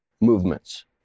movements